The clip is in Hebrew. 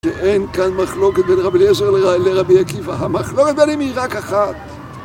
שאין כאן מחלוקת בין רבי אליעזר לרבי עקיבא המחלוקת בין הם היא רק אחת